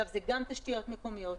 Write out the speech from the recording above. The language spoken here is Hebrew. זה גם תשתיות מקומיות,